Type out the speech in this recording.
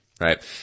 Right